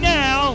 now